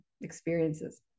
experiences